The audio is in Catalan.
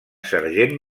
sergent